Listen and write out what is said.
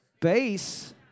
base